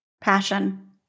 Passion